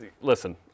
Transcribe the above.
listen